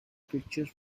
pictures